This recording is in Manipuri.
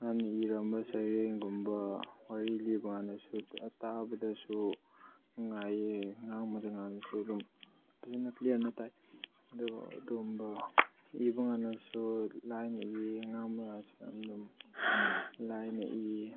ꯍꯥꯟꯅ ꯏꯔꯝꯕ ꯁꯩꯔꯦꯡꯒꯨꯝꯕ ꯋꯥꯔꯤ ꯂꯤꯕ ꯀꯥꯟꯗꯁꯨ ꯇꯥꯕꯗꯁꯨ ꯅꯨꯡꯉꯥꯏꯌꯦ ꯉꯥꯡꯕꯗ ꯀꯥꯟꯗꯁꯨ ꯑꯗꯨꯝ ꯐꯖꯅ ꯀ꯭ꯂꯤꯌꯥꯔꯅ ꯇꯥꯏ ꯑꯗꯨꯒ ꯑꯗꯨꯒꯨꯝꯕ ꯏꯕꯥ ꯀꯥꯟꯗꯁꯨ ꯂꯥꯏꯅ ꯏꯌꯦ ꯉꯥꯡꯕꯗꯁꯨ ꯑꯗꯨꯝ ꯂꯥꯏꯅ ꯏꯌꯦ